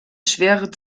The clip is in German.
schwere